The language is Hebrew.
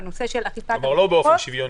כלומר לא באופן שוויוני,